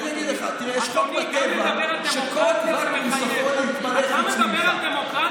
מי נבחר אצלכם בצורה דמוקרטית?